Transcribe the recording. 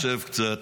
שב קצת.